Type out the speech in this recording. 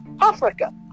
Africa